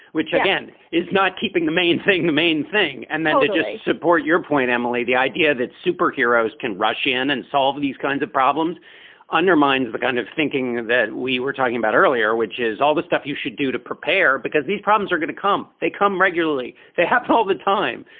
which again is not keeping the main thing. the main thing. and then to just support your point, emily, the idea that superheroes can rush in and solve these kinds of problems undermines the kind of thinking that we were talking about earlier, which is all the stuff you should do to prepare, because these problems are going to come. they come regularly. they happen all the time.